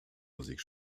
musik